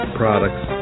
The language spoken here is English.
products